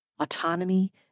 Autonomy